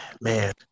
man